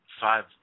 Five